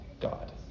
God